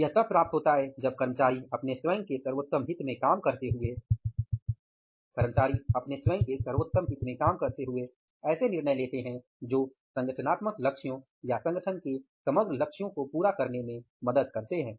यह तब प्राप्त होता है जब कर्मचारी अपने स्वयं के सर्वोत्तम हित में काम करते हुए ऐसे निर्णय लेते हैं जो संगठनात्मक लक्ष्यों या संगठन के समग्र लक्ष्यों को पूरा करने में मदद करते हैं